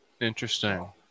Interesting